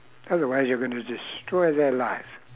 otherwise you're gonna destroy their life